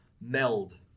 meld